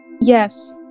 yes